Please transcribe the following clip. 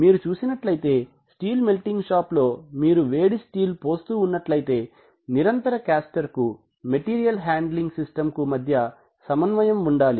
మీరు చూసినట్లయితే steel melting shop లో మీరు వేడి స్టీల్ పోస్తూ ఉన్నట్లయితే కంటిన్యూయస్ కాస్టర్ కు మెటీరియల్ హండ్లింగ్ సిస్టమ్ కు మధ్య సమన్వయం ఉండాలి